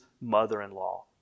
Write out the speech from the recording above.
mother-in-law